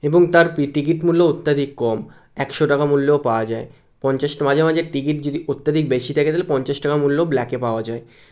এবং তার টিকিট মূল্য অত্যাধিক কম একশো টাকা মূল্যেও পাওয়া যায় পঞ্চাশ মাঝে মাঝে টিকিট যদি অত্যাধিক বেশি থাকে তাহলে পঞ্চাশ টাকা মূল্যও ব্ল্যাকে পাওয়া যায়